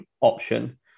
option